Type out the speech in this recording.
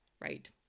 right